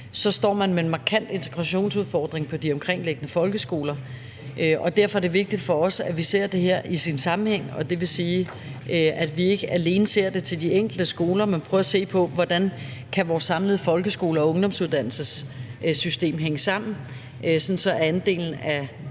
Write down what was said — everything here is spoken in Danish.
står man med en markant integrationsudfordring på de omkringliggende folkeskoler. Og derfor er det vigtigt for os, at vi ser det her i sin sammenhæng. Det vil sige, at vi ikke alene ser det i forhold til de enkelte skoler, men prøver at se på, hvordan vores samlede folkeskole- og ungdomsuddannelsessystem kan hænge sammen, sådan at andelen af